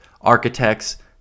architects